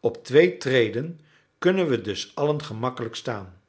op twee treden kunnen we dus allen gemakkelijk staan